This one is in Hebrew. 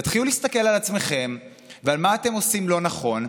תתחילו להסתכל על עצמכם ומה אתם עושים לא נכון.